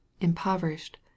impoverished